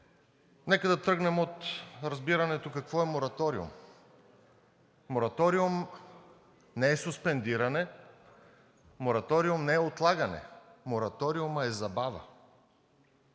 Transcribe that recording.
Нека да тръгнем от разбирането какво е мораториум. Мораториум не е суспендиране, мораториум не е отлагане, мораториумът е забава.